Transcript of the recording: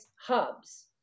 hubs